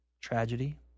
tragedy